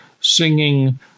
singing